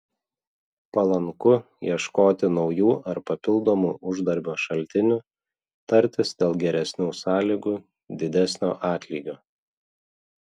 palanku ieškoti naujų ar papildomų uždarbio šaltinių tartis dėl geresnių sąlygų didesnio atlygio